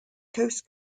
coast